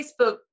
Facebook